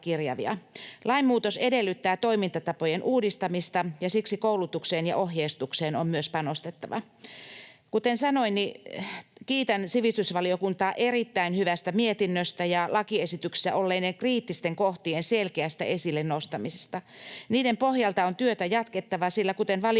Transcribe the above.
Lainmuutos edellyttää toimintatapojen uudistamista, ja siksi myös koulutukseen ja ohjeistukseen on panostettava. Kuten sanoin, kiitän sivistysvaliokuntaa erittäin hyvästä mietinnöstä ja lakiesityksessä olleiden kriittisten kohtien selkeästä esille nostamisesta. Niiden pohjalta on työtä jatkettava, sillä kuten valiokunta